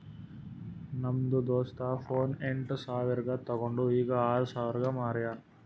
ನಮ್ದು ದೋಸ್ತ ಫೋನ್ ಎಂಟ್ ಸಾವಿರ್ಗ ತೊಂಡು ಈಗ್ ಆರ್ ಸಾವಿರ್ಗ ಮಾರ್ಯಾನ್